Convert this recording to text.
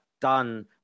done